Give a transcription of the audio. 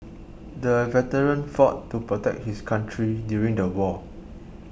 the veteran fought to protect his country during the war